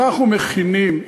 אנחנו מכינים.